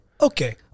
okay